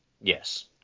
Yes